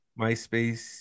Myspace